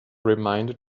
reminder